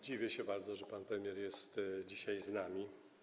Dziwię się bardzo, że pan premier jest dzisiaj z nami.